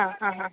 ആ ആ അ